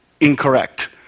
incorrect